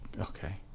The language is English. Okay